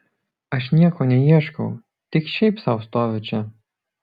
aš nieko neieškau tik šiaip sau stoviu čia